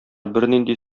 бернинди